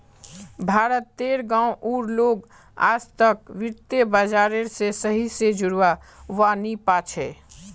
भारत तेर गांव उर लोग आजतक वित्त बाजार से सही से जुड़ा वा नहीं पा छे